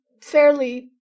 fairly